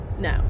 No